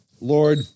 Lord